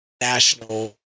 national